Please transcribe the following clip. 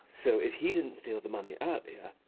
so if he didn't steal the money earlier,